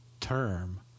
term